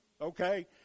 Okay